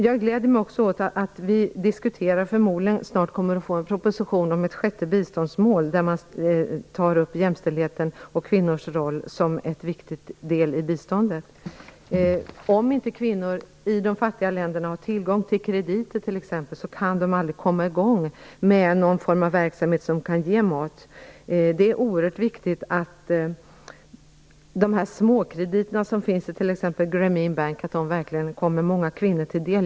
Jag gläder mig också åt att vi förmodligen snart kommer att få en proposition om ett sjätte biståndsmål där man tar upp jämställdheten och kvinnors roll som en viktig del i biståndet. Om inte kvinnor i de fattiga länderna har tillgång till t.ex. krediter kan de aldrig komma i gång med någon form av verksamhet som kan ge mat. Det är oerhört viktigt att de småkrediter som finns verkligen kommer många kvinnor till del.